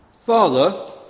Father